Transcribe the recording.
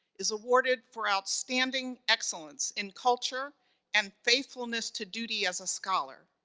is awarded for outstanding excellence in culture and faithfulness to duty as a scholar.